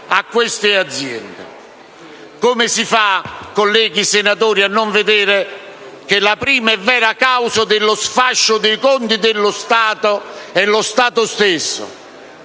Come si fa, colleghi senatori, a non vedere che la prima e vera causa dello sfascio dei conti dello Stato è lo Stato stesso,